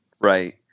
right